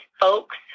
folks